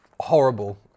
horrible